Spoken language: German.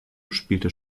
spielt